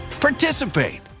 participate